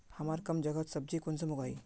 हमार कम जगहत सब्जी कुंसम उगाही?